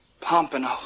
Pompano